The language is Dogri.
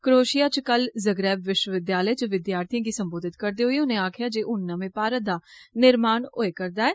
क्रोएषिया च कल ज़ग्रेब विष्वविद्यालय च विद्यार्थिये गी सम्बोधित करदे होई उनें आक्खेआ जे हुन नमें भारत दा निर्माण होए करदा ऐ